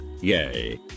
yay